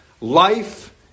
Life